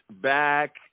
back